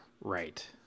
Right